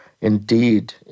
indeed